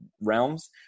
realms